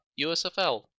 USFL